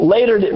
Later